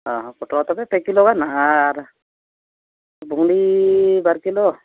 ᱦᱮᱸ ᱯᱚᱴᱣᱟ ᱛᱚᱵᱮ ᱯᱮ ᱠᱤᱞᱳᱜᱟᱱ ᱟᱨ ᱵᱷᱩᱸᱰᱤᱻ ᱵᱟᱨ ᱠᱤᱞᱳ